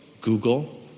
Google